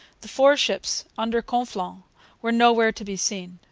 the four ships under conflans were nowhere to be seen.